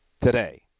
Today